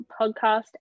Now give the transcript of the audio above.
podcast